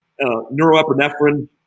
neuroepinephrine